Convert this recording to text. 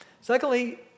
secondly